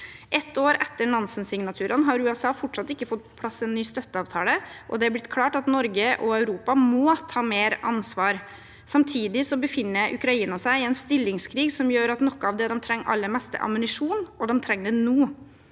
Ett år etter Nansen-signaturene har USA fortsatt ikke fått på plass en ny støtteavtale, og det har blitt klart at Norge og Europa må ta mer ansvar. Samtidig befinner Ukraina seg i en stillingskrig som gjør at noe av det de trenger aller mest, er ammunisjon, og de trenger det nå.